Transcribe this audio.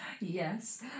Yes